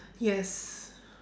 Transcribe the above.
yes